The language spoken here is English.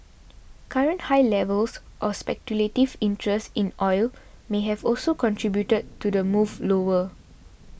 current high levels of speculative interest in oil may have also contributed to the move lower